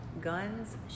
guns